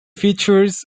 features